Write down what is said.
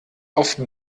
auf